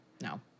No